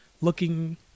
looking